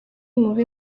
mube